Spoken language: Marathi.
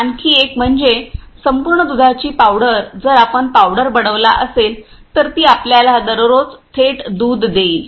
आणखी एक म्हणजे संपूर्ण दुधाची पावडर जर आपण पावडर बनवला असेल तर ती आपल्याला दररोज थेट दूध देईल